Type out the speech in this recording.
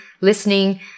listening